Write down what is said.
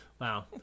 Wow